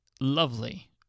lovely